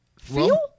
feel